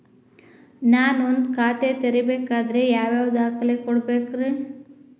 ನಾನ ಒಂದ್ ಖಾತೆ ತೆರಿಬೇಕಾದ್ರೆ ಯಾವ್ಯಾವ ದಾಖಲೆ ಕೊಡ್ಬೇಕ್ರಿ?